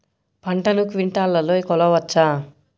పంటను క్వింటాల్లలో కొలవచ్చా?